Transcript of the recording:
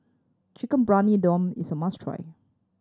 Chicken Briyani Dum is a must try